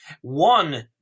One